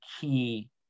key